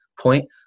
point